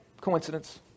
coincidence